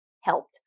helped